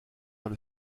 vers